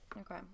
Okay